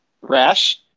rash